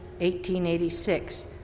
1886